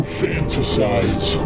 fantasize